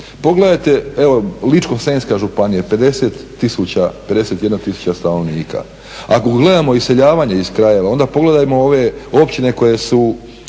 pogledajte evo Ličko-senjska županija 50000, 51000 stanovnika. Ako gledamo iseljavanje iz krajeva onda pogledajmo ove općine koje su